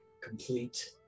complete